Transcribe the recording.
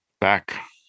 Back